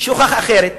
שהוכח אחרת.